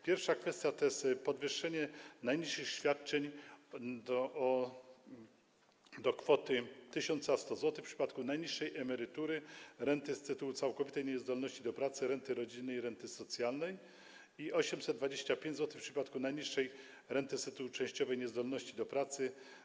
Pierwsza kwestia to jest podwyższenie najniższych świadczeń do kwoty 1100 zł w przypadku najniższej emerytury, renty z tytułu całkowitej niezdolności do pracy, renty rodzinnej i renty socjalnej oraz do 825 zł w przypadku najniższej renty z tytułu częściowej niezdolności do pracy.